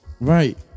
Right